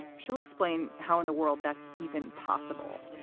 she'll explain how in the world that's even possible.